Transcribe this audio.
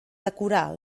decorar